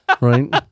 right